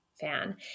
fan